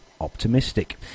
optimistic